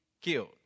killed